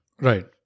Right